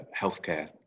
healthcare